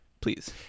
please